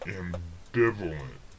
ambivalent